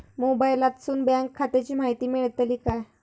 मोबाईलातसून बँक खात्याची माहिती मेळतली काय?